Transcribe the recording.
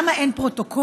למה אין פרוטוקול?